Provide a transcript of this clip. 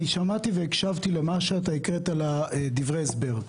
אני שמעתי והקשבתי למה שהקראת בדברי ההסבר,